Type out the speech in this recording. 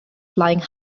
flying